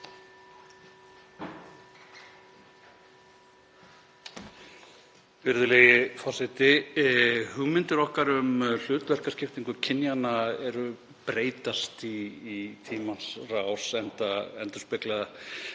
Hugmyndir okkar um hlutverkaskiptingu kynjanna breytast í tímans rás enda endurspegla